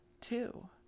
two